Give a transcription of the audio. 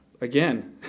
again